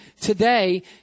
today